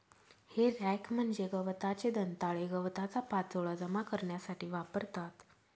हे रॅक म्हणजे गवताचे दंताळे गवताचा पाचोळा जमा करण्यासाठी वापरतात